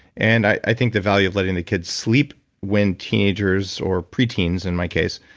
and i think the value of letting the kids sleep when teenagers, or preteens in my case,